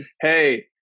Hey